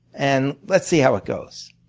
and let's see how it goes.